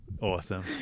Awesome